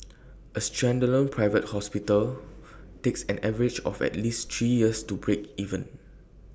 A standalone private hospital takes an average of at least three years to break even